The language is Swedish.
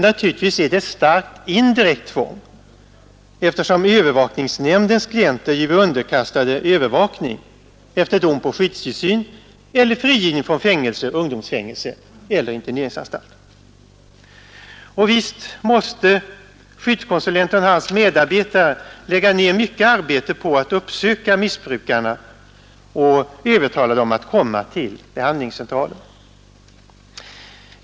Naturligtvis innebär den ett starkt indirekt tvång, eftersom övervakningsnämndens klienter ju är underkastade övervakning efter dom på skyddstillsyn eller frigivning från fängelse, ungdomsfängelse eller interneringsanstalt. Vidare måste skyddskonsulenten och hans medarbetare lägga ner mycket arbete på att uppsöka missbrukarna och övertala dem att komma till behandlings centralen.